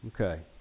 Okay